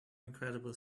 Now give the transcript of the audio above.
incredible